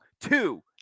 Two